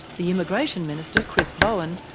the immigration minister, chris bowen,